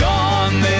Gone